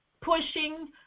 Pushing